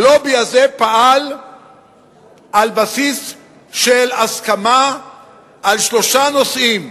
הלובי הזה פעל על בסיס של הסכמה על שלושה נושאים,